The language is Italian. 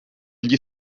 gli